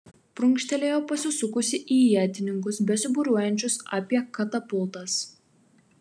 prunkštelėjo pasisukusi į ietininkus besibūriuojančius apie katapultas